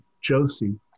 Josie